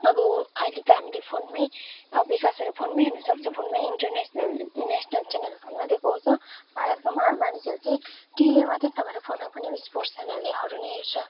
अब अहिले त हामीले फोनमै अब विकास भएर फोनमै हेर्नु सक्छ फोनमै इन्टरनेसनल नेसनल च्यानल फोनमै देखाउँछ भारतको मानिसहरू चाहिँ टिभीमा मात्रै नभएर फोनमा पनि स्पोर्ट च्यानलहरू नै हरू नै हेर्छ